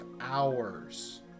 hours